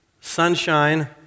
sunshine